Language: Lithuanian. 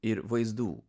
ir vaizdų